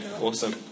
awesome